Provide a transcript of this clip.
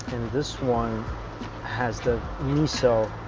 this one has the miso,